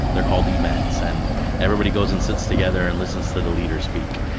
they're called events and everybody goes and sits together and listens to the leader speak.